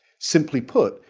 simply put,